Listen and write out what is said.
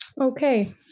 Okay